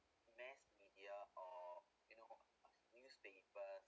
mass media or you know or newspaper